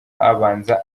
abanza